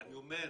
אני אומר,